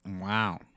wow